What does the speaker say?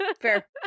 fair